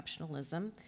exceptionalism